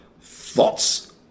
thoughts